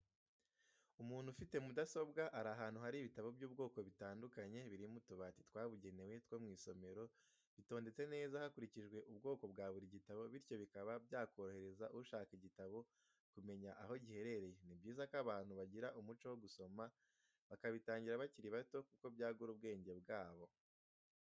Umuntu ufite mudasobwa ari ahantu hari bitabo by'ubwoko butandukanye biri mu tubati twabugenewe two mu isomero, bitondetse neza hakurikijwe ubwoko bwa buri gitabo bityo bikaba byakorohereza ushaka igitabo kumenya aho giherereye, ni byiza ko abantu bagira umuco wo gusoma bakabitangira bakiri bato kuko byagura ubwenge bwabo.